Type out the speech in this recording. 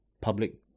public